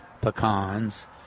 pecans